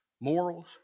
Morals